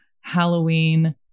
Halloween